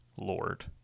Lord